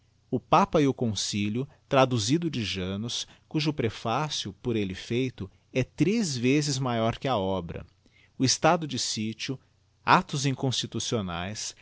o fapa e o concilio traduzido de janus cujo prefacio por elle feito é três vezes maior que a obra o estado de sitio actos inconstitucionaes